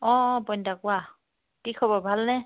অঁ প্ৰণীতা কোৱা কি খবৰ ভালনে